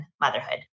motherhood